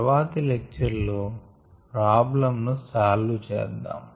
తర్వాతి లెక్చర్ లో ప్రాబ్లమ్ ను సాల్వ్ చేద్దాం